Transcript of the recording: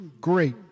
great